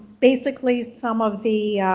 basically, some of the